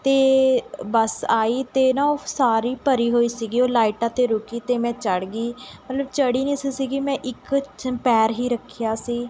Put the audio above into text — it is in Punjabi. ਅਤੇ ਬੱਸ ਆਈ ਅਤੇ ਨਾ ਉਹ ਸਾਰੀ ਭਰੀ ਹੋਈ ਸੀਗੀ ਉਹ ਲਾਈਟਾਂ 'ਤੇ ਰੁਕੀ ਅਤੇ ਮੈਂ ਚੜ੍ਹ ਗਈ ਮਤਲਬ ਚੜ੍ਹੀ ਨਹੀਂ ਸੀ ਸੀਗੀ ਮੈਂ ਇੱਕ ਸਮ ਪੈਰ ਹੀ ਰੱਖਿਆ ਸੀ